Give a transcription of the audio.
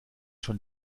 schon